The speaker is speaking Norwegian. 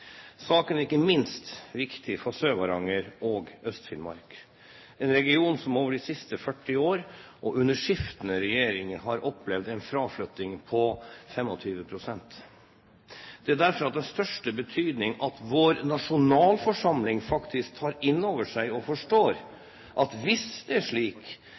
Saken er ikke minst viktig for Sør-Varanger og Øst-Finnmark, en region som over de siste 40 årene, og under skiftende regjeringer, har opplevd en fraflytting på 25 pst. Det er derfor av den største betydning at vår nasjonalforsamling faktisk tar inn over seg og forstår at hvis det er slik